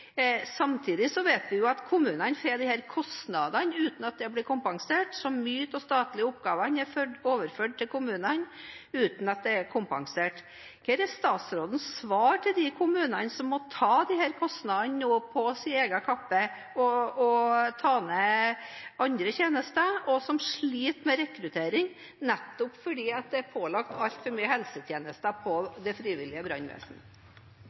Samtidig vet vi at kommunene får disse kostnadene uten at det blir kompensert, så mange av de statlige oppgavene er overført til kommunene uten at det er kompensert. Hva er statsrådens svar til de kommunene som må ta disse kostnadene på sin egen kappe, som må ta ned andre tjenester, og som sliter med rekruttering nettopp fordi det frivillige brannvesenet er pålagt